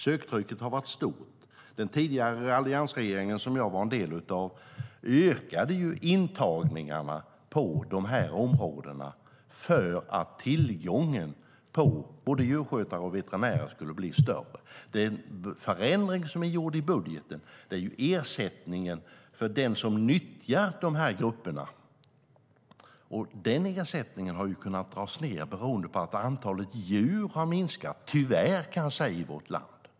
Söktrycket har varit stort. Den tidigare alliansregeringen som jag var en del av ökade intagningarna på de områdena för att tillgången på både djurskötare och veterinärer skulle bli större. Den förändring som är gjord i budgeten är ersättningen för den som nyttjar de grupperna. Och den ersättningen har kunnat dras ned beroende på att antalet djur tyvärr har minskat i vårt land.